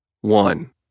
One